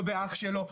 לא באח שלו,